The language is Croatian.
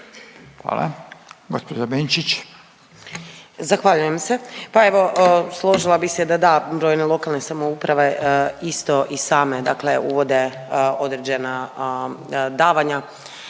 Sandra (Možemo!)** Zahvaljujem se. Pa evo, složila bih se da da, brojne lokalne samouprave isto i same dakle uvode određena davanja